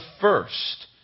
first